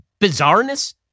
bizarreness